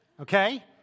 okay